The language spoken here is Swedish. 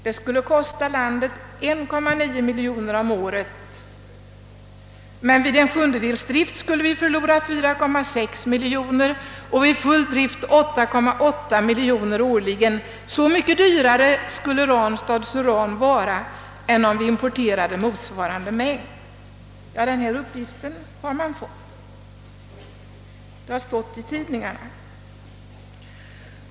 Det skulle kosta landet 1,9 miljon kronor om året, men vid en sjundedelsdrift skulle vi förlora 4,6 miljoner och vid full drift 8,8 miljoner årligen. Så mycket dyrare skulle Ranstads uran vara än om vi importerade motsvarande mängd. Denna uppgift har stått att läsa i tidningarna.